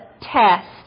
test